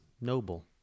noble